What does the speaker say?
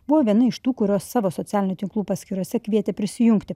buvo viena iš tų kurios savo socialinių tinklų paskyrose kvietė prisijungti